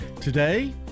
Today